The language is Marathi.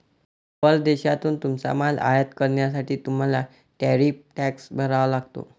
परदेशातून तुमचा माल आयात करण्यासाठी तुम्हाला टॅरिफ टॅक्स भरावा लागतो